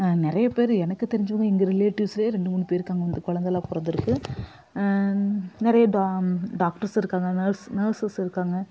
நிறைய பேர் எனக்கு தெரிஞ்சவங்க எங்கள் ரிலேட்டிவ்ஸ்லே ரெண்டு மூணு பேருக்காங்க குழந்தையெல்லாம் பிறந்துருக்கு நிறைய டா டாக்டர்ஸ் இருக்காங்க நர்ஸ் நர்சஸ் இருக்காங்க